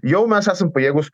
jau mes esam pajėgūs